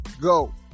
go